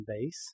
base